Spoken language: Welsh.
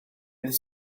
dydd